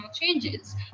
changes